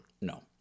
No